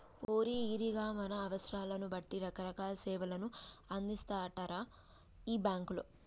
ఓరి ఈరిగా మన అవసరాలను బట్టి రకరకాల సేవలు అందిత్తారటరా ఈ బాంకోళ్లు